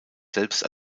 selbst